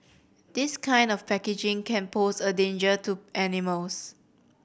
this kind of packaging can pose a danger to animals